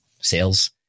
sales